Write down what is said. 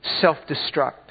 self-destruct